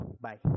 bye